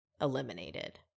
eliminated